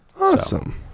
Awesome